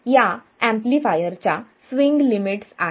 या एम्पलीफायर च्या swing limits आहेत